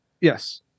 Yes